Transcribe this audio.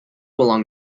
along